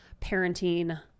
parenting